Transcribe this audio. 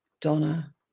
Donna